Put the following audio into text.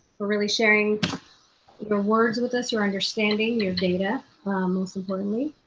for really sharing your words with us, your understanding, your data most importantly,